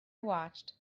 watched